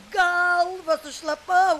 galvą sušlapau